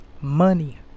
money